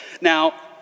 Now